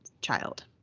child